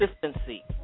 consistency